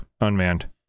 unmanned